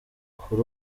kuri